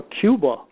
Cuba